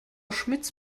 schmitz